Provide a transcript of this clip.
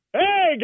Hey